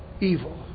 evil